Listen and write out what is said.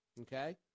Okay